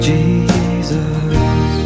Jesus